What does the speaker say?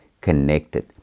connected